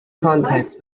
contacts